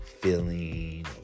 feeling